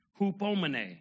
Hupomene